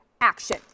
action